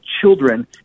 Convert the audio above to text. children